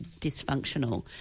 dysfunctional